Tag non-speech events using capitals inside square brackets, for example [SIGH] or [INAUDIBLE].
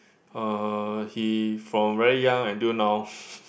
uh he from very young until now [BREATH]